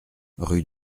rue